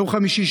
ביום חמישי,